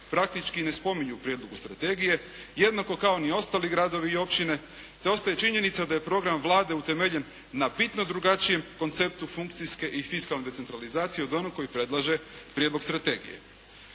praktički ne spominju u prijedlogu strategije jednako kao ni ostali gradovi i općine, te ostaje činjenica da je program Vlade utemeljen na bitno drugačijem konceptu funkcijske i fiskalne decentralizacije od onog koji predlaže prijedlog strategije.